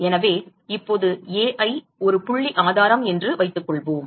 எனவே இப்போது Ai ஒரு புள்ளி ஆதாரம் என்று வைத்துக் கொள்வோம்